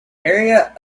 area